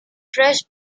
fresh